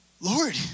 Lord